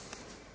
Hvala.